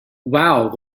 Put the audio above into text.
wow